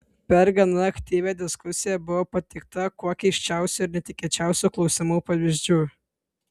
per gana aktyvią diskusiją buvo pateikta kuo keisčiausių ir netikėčiausių klausimų pavyzdžių